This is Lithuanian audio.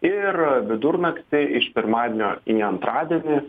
ir vidurnaktį iš pirmadienio į antradienį